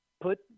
Put